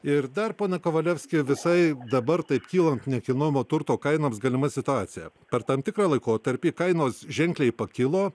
ir dar pone kovalevski visai dabar taip kylant nekilnojamo turto kainoms galima situacija per tam tikrą laikotarpį kainos ženkliai pakilo